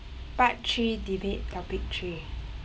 part three debate topic three